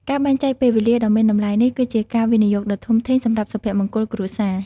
ការបែងចែកពេលវេលាដ៏មានតម្លៃនេះ គឺជាការវិនិយោគដ៏ធំធេងសម្រាប់សុភមង្គលគ្រួសារ។